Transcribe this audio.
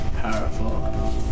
powerful